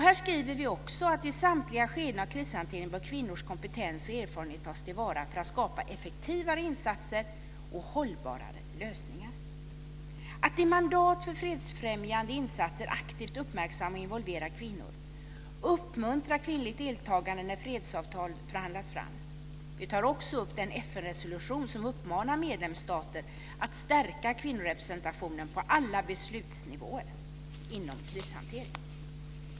Här skriver vi också att i samtliga skeden av krishantering bör kvinnors kompetens och erfarenheter tas till vara för att skapa effektivare insatser och hållbarare lösningar. Mandat för fredsfrämjande insatser ska aktivt uppmärksamma och involvera kvinnor och uppmuntra kvinnligt deltagande när fredsavtal förhandlas fram. Vi tar också upp den FN resolution som uppmanar medlemsstater att stärka kvinnorepresentationen på alla beslutsnivåer inom krishantering.